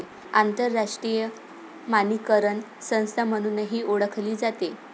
आंतरराष्ट्रीय मानकीकरण संस्था म्हणूनही ओळखली जाते